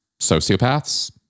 sociopaths